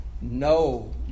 no